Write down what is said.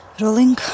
Rolling